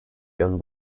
yön